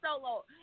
Solo